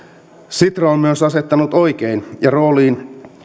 sitra on myös asettanut oikein ja rooliin